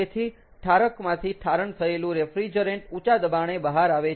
તેથી ઠારકમાંથી ઠારણ થયેલું રેફ્રીજરેન્ટ ઊંચા દબાણે બહાર આવે છે